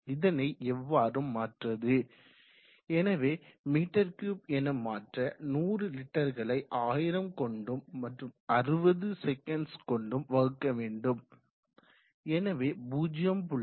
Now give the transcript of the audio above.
இதனை எவ்வாறு மாற்றுவது எனவே m3 என மாற்ற 100 லிட்டர்களை 1000 கொண்டும் மற்றும் 60 செகண்ட்ஸ் கொண்டும் வகுக்க வேண்டும் எனவே 0